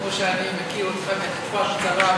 וכמו שאני מכיר אותך בתקופה קצרה,